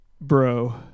bro